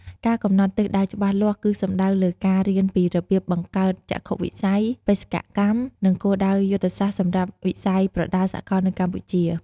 ការកំណត់ទិសដៅច្បាស់លាស់គឺសំដៅលើការ រៀនពីរបៀបបង្កើតចក្ខុវិស័យ បេសកកម្ម និងគោលដៅយុទ្ធសាស្ត្រសម្រាប់វិស័យប្រដាល់សកលនៅកម្ពុជា។